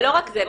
ולא רק זה,